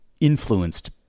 influenced